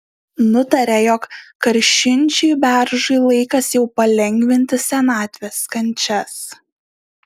nutarė jog karšinčiui beržui laikas jau palengvinti senatvės kančias